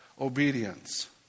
obedience